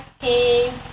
skin